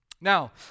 Now